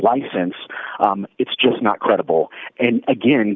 license it's just not credible and again